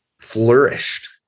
flourished